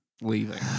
leaving